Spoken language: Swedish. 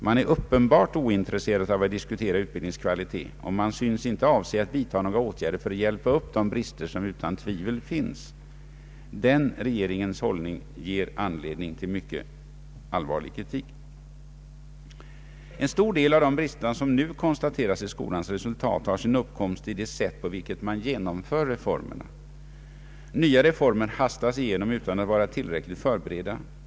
Man är uppenbart ointresserad av att diskutera utbildningens kvalitet och man syns inte avse att vidta några åtgärder för att hjälpa upp de brister som utan tvivel finns. Denna regeringens hållning ger anledning till mycket allvarlig kritik. En stor del av de brister som nu konstateras i skolans resultat har sin uppkomst i det sätt på vilket man genomför reformerna. Nya reformer hastas igenom utan att vara tillräckligt förberedda.